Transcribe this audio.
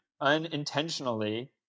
unintentionally